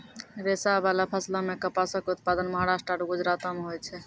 रेशाबाला फसलो मे कपासो के उत्पादन महाराष्ट्र आरु गुजरातो मे होय छै